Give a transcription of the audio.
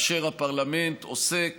והפרלמנט עוסק